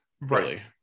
Right